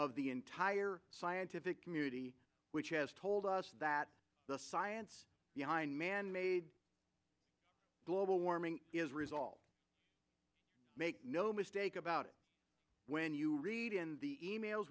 of the entire scientific community which has told us that the science behind manmade global warming is resolved make no mistake about it when you read in the e mails